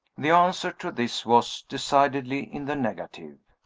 the answer to this was decidedly in the negative.